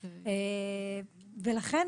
ולכן,